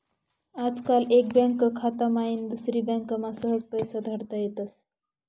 आजकाल एक बँक खाता माईन दुसरी बँकमा सहज पैसा धाडता येतस